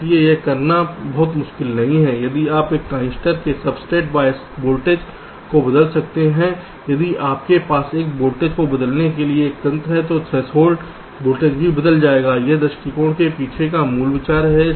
इसलिए यह करना बहुत मुश्किल नहीं है यदि आप एक ट्रांजिस्टर के सब्सट्रेट बायस वोल्टेज को बदल सकते हैं यदि आपके पास उस वोल्टेज को बदलने के लिए एक तंत्र है तो थ्रेशोल्ड वोल्टेज भी बदल जाएगा यह दृष्टिकोण के पीछे मूल विचार है